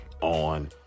on